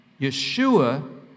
Yeshua